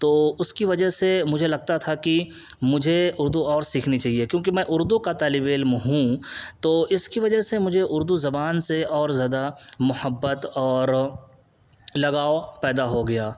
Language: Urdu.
تو اس کی وجہ سے مجھے لگتا تھا کہ مجھے اردو اور سیکھنی چاہیے کیونکہ میں اردو کا طالب علم ہوں تو اس کی وجہ سے مجھے اردو زبان سے اور زیادہ محبت اور لگاؤ پیدا ہو گیا